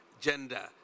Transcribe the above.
gender